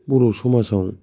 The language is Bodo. बर' समाजाव